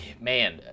Man